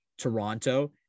Toronto